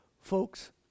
Folks